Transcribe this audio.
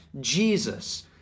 Jesus